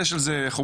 יש על זה דיונים.